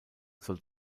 soll